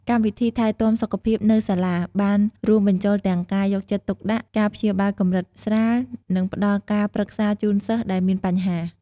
កម្មវិធីថែទាំសុខភាពនៅសាលាបានរួមបញ្ចូលទាំងការយកចិត្តទុកដាក់ ការព្យាបាលកម្រិតស្រាល និងផ្ដល់ការប្រឹក្សាជូនសិស្សដែលមានបញ្ហា។